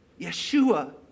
Yeshua